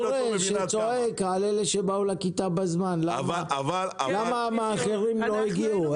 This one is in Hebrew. כמו המורה שצועק על אלה שבאו לכיתה בזמן - למה המאחרים לא הגיעו,